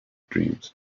dreams